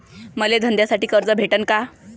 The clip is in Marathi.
मले धंद्यासाठी कर्ज भेटन का?